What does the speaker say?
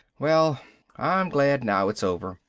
well i'm glad now it's over.